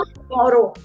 tomorrow